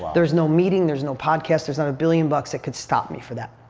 there's no meeting, there's no podcast, there's not a billion bucks that could stop me from that.